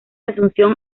asunción